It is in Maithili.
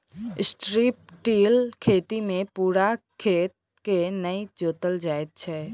स्ट्रिप टिल खेती मे पूरा खेत के नै जोतल जाइत छै